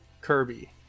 Kirby